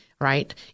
Right